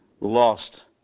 lost